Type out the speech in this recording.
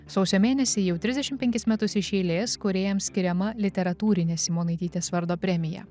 sausio mėnesį jau trisdešim penkis metus iš eilės kūrėjam skiriama literatūrinė simonaitytės vardo premija